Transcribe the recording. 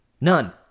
None